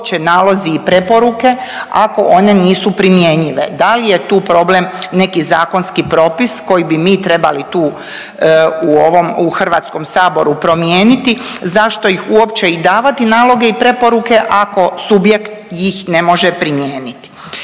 uopće nalozi i preporuke ako one nisu primjenjive? Da li je tu problem neki zakonski propis koji bi mi trebali tu u ovom HS-u promijeniti, zašto ih uopće i davati i naloge i preporuke ako subjekt ih ne može primijeniti?